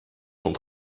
sont